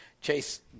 Chase